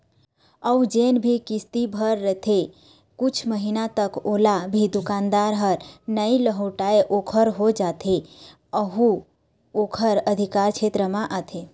अउ जेन भी किस्ती भर रहिथे कुछ महिना तक ओला भी दुकानदार ह नइ लहुटाय ओखर हो जाथे यहू ओखर अधिकार छेत्र म आथे